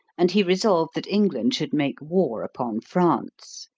and he resolved that england should make war upon france.